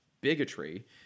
bigotry